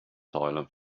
silent